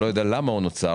ולא יודע למה הוא נוצר